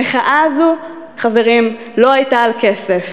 המחאה הזו, חברים, לא הייתה על כסף.